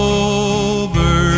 over